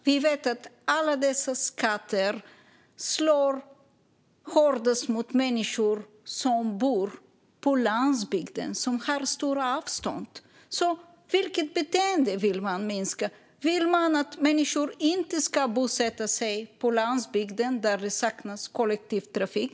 Vi vet att alla dessa skatter slår hårdast mot människor som bor på landsbygden och har stora avstånd. Vilket beteende vill man minska? Vill man att människor inte ska bosätta sig på landsbygden där det saknas kollektivtrafik?